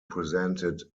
presented